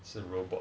it's a robot